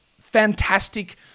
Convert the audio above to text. fantastic